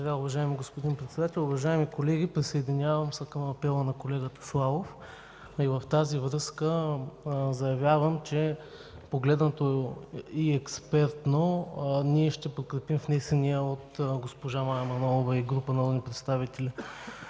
Благодаря, уважаеми господин Председател. Уважаеми колеги, присъединявам се към апела на колегата Славов. В тази връзка заявявам, че погледнато експертно, ние ще подкрепим внесения от госпожа Мая Манолова и група народни представители